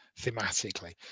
thematically